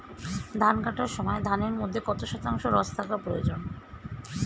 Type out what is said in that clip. ধান কাটার সময় ধানের মধ্যে কত শতাংশ রস থাকা প্রয়োজন?